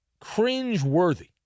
cringe-worthy